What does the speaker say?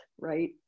right